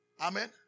Amen